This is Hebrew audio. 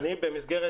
לסיכום.